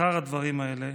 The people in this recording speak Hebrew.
אחר הדברים האלה